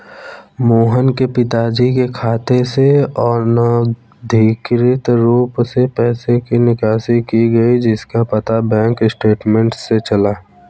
मोहन के पिताजी के खाते से अनधिकृत रूप से पैसे की निकासी की गई जिसका पता बैंक स्टेटमेंट्स से चला